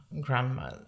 grandma